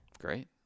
Great